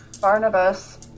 Barnabas